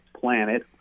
planet